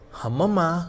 hamama